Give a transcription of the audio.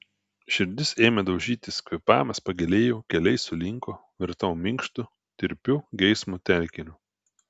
širdis ėmė daužytis kvėpavimas pagilėjo keliai sulinko virtau minkštu tirpiu geismo telkiniu